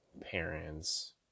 Parents